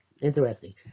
Interesting